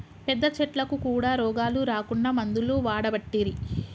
పెద్ద చెట్లకు కూడా రోగాలు రాకుండా మందులు వాడబట్టిరి